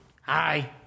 Hi